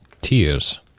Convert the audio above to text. Tears